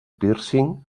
pírcing